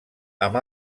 amb